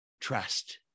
trust